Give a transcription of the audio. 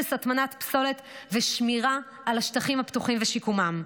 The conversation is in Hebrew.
אפס הטמנת פסולת ושמירה על השטחים הפתוחים ושיקומם.